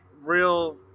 real